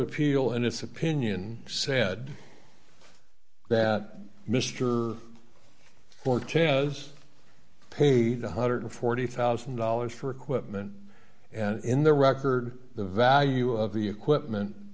appeal and its opinion said that mister ford tez paid one hundred and forty thousand dollars for equipment and in the record the value of the equipment